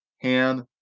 Ham